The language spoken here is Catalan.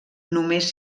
només